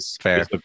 fair